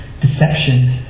deception